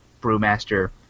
brewmaster